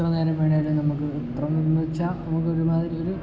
എത്രനേരം വേണമെങ്കിലും നമുക്ക് എത്ര എന്ന് വെച്ചാൽ നമുക്ക് ഒരുമാതിരി ഒരു